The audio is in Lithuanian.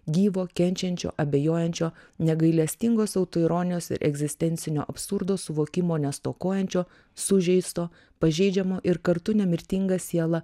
gyvo kenčiančio abejojančio negailestingos autoironijos ir egzistencinio absurdo suvokimo nestokojančio sužeisto pažeidžiamo ir kartu nemirtingą sielą